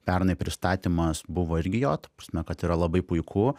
pernai pristatymas buvo irgi jot ta prasme kad yra labai puiku